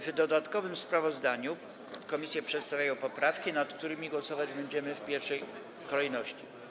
W dodatkowym sprawozdaniu komisje przedstawiają również poprawki, nad którymi głosować będziemy w pierwszej kolejności.